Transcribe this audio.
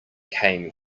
came